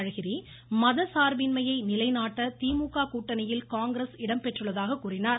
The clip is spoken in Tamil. அழகிரி மதசார்பின்மையை நிலைநாட்ட திமுக கூட்டணியில் காங்கிரஸ் இடம்பெற்றுள்ளதாக கூறினார்